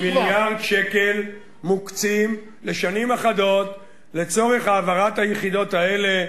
17 מיליארד שקל מוקצים לשנים אחדות לצורך העברת היחידות האלה,